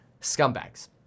Scumbags